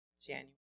January